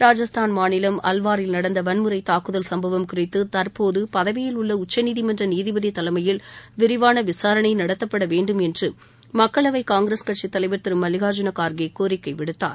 ராஜஸ்தான் மாநிலம் அல்வாரில் நடந்த வன்முறை தாக்குதல் சம்பவம் குறித்து தற்போது பதவியில் உள்ள உச்சநீதிமன்ற நீதிபதி தலைமையில் விரிவான விசாரணை நடத்தப்பட வேண்டும் என்று மக்களவை காங்கிரஸ் கட்சி தலைவர் திரு மல்லிகார்ஜூன கார்கே கோரிக்கை விடுத்தார்